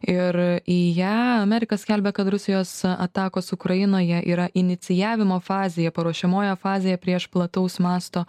ir į ją amerika skelbia kad rusijos atakos ukrainoje yra inicijavimo fazėje paruošiamojoje fazėje prieš plataus masto